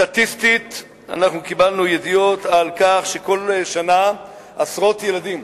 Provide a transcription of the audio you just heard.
סטטיסטית אנחנו קיבלנו ידיעות על כך שכל שנה עשרות ילדים,